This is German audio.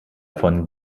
von